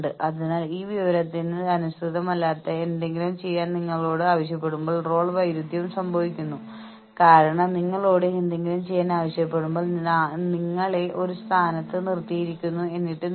ഇതൊരു മൂല്യനിർണ്ണയ എക്സസൈസ് അല്ല ഈ കോഴ്സിൽ വളരെയധികം താൽപ്പര്യമുള്ളവരുടെ സർഗ്ഗാത്മക രസം ഒഴുകാൻ വേണ്ടി മാത്രമാണിത്